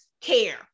care